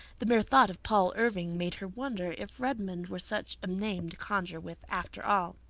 the mere thought of paul irving made her wonder if redmond were such a name to conjure with after all.